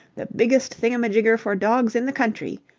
the biggest thingamajigger for dogs in the country.